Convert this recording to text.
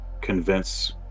convince